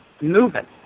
moving